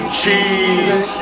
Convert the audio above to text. cheese